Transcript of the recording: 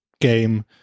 game